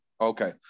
Okay